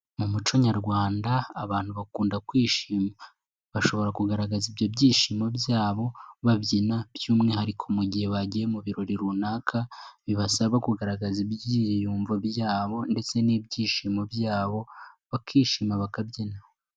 Mu muco nyarwanda abantu bakunda kwishima, bashobora kugaragaza ibyo byishimo byabo babyina, by'umwihariko mu gihe bagiye mu birori runaka bibasaba kugaragaza ibyiyumvo byabo, ndetse n'ibyishimo byabo, bakishima bakabyina.